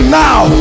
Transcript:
now